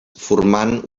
formant